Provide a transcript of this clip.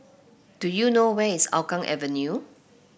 do you know where is Hougang Avenue